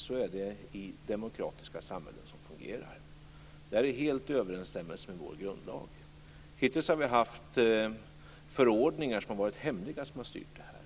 Så är det i demokratiska samhällen som fungerar. Det är helt i överensstämmelse med vår grundlag. Hittills har vi haft förordningar som har varit hemliga som har styrt detta.